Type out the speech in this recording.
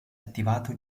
attivato